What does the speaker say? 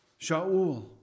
Shaul